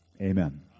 Amen